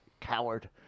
Coward